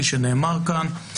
כפי שנאמר כאן.